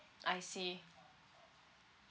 I see